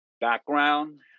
background